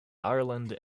ireland